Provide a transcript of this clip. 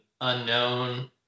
unknown